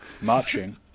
marching